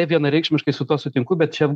vienareikšmiškai su tuo sutinku bet čia